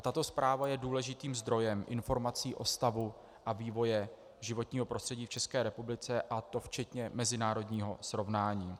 Tato zpráva je důležitým zdrojem informací o stavu a vývoji životního prostředí v České republice, a to včetně mezinárodního srovnání.